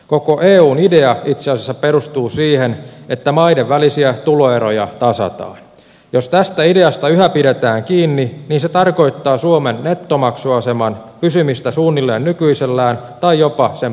koko eun idea itse osa perustuu siihen että maiden välisiä tuloeroja tasataan jos tästä ideasta yhä pidetään kiinni ja se tarkoittaa suomen nettomaksuaseman pysymistä suunnilleen nykyisellään tai jopa sen